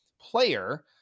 player